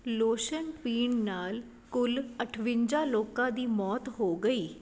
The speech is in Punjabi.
ਲੋਸ਼ਨ ਪੀਣ ਨਾਲ ਕੁੱਲ ਅਠਵੰਜਾ ਲੋਕਾਂ ਦੀ ਮੌਤ ਹੋ ਗਈ